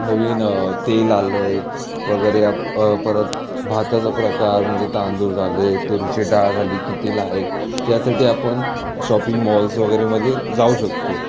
नवीन तेल आलं आहे वगैरे आप परत भाताचा प्रकार म्हणजे तांदूळ झाले तुरीची डाळ झाली कितीला आहे त्यासाठी आपण शॉपिंग मॉल्स वगैरेमध्ये जाऊ शकतो